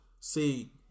See